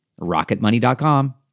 RocketMoney.com